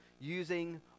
using